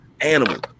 animal